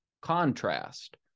contrast